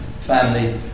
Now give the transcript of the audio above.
family